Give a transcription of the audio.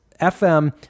FM